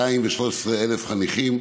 213,000 חניכים.